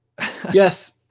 yes